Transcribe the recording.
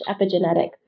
epigenetics